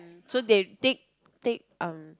so they take take um